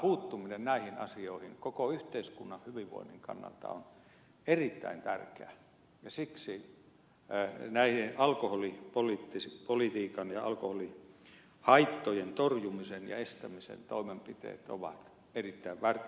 puuttuminen näihin asioihin koko yhteiskunnan hyvinvoinnin kannalta on erittäin tärkeää ja siksi alkoholipolitiikan ja alkoholihaittojen torjumisen ja estämisen toimenpiteet ovat erittäin välttämättömät